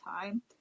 time